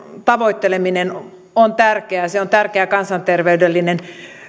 tavoitteleminen on tärkeää ja se on tärkeä kansanterveydellinen